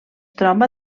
troba